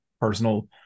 personal